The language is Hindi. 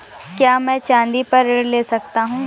क्या मैं चाँदी पर ऋण ले सकता हूँ?